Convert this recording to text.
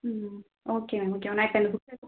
ம் okay ma'am okay ma'am நான் இப்போ இந்த புக்கு